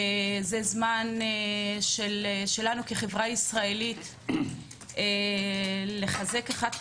זה הזמן שלנו כחברה ישראלית לחזק אחד את